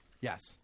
Yes